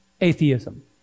Atheism